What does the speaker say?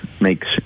makes